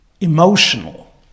emotional